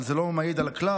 אבל זה לא מעיד על הכלל,